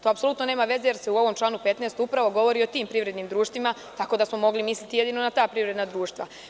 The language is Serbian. To apsolutno nema veze, jer se u ovom članu 15. upravo govori o tim privrednim društvima, tako da smo mogli jedino misliti na ta privredna društva.